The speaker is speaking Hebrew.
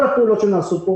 כל הפעולות שנעשו פה